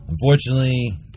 unfortunately